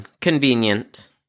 convenient